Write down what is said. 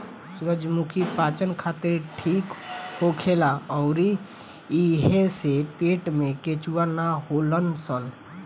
सूरजमुखी पाचन खातिर ठीक होखेला अउरी एइसे पेट में केचुआ ना होलन सन